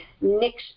next